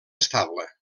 estable